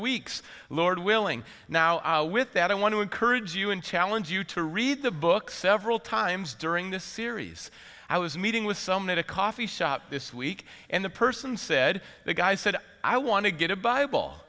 weeks lord willing now with that i want to encourage you and challenge you to read the book several times during this series i was meeting with some at a coffee shop this week and the person said the guy said i want to get a bible